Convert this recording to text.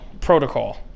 protocol